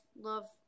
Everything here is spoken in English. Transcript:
love